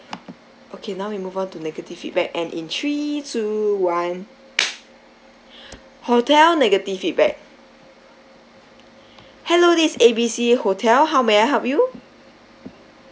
okay now we move on to negative feedback and in three two one hotel negative feedback hello this is A B C hotel how may I help you